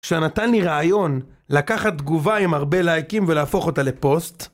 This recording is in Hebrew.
שנתן לי רעיון לקחת תגובה עם הרבה לייקים ולהפוך אותה לפוסט